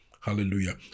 hallelujah